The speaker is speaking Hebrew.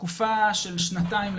תקופה של שנתיים,